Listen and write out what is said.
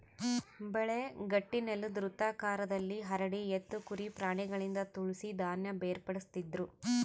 ಬೆಳೆ ಗಟ್ಟಿನೆಲುದ್ ವೃತ್ತಾಕಾರದಲ್ಲಿ ಹರಡಿ ಎತ್ತು ಕುರಿ ಪ್ರಾಣಿಗಳಿಂದ ತುಳಿಸಿ ಧಾನ್ಯ ಬೇರ್ಪಡಿಸ್ತಿದ್ರು